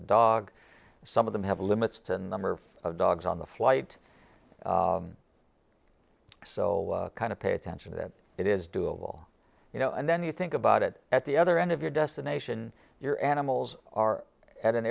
a dog some of them have limits to number of dogs on the flight so kind of pay attention that it is doable you know and then you think about it at the other end of your destination your animals are at an